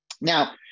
Now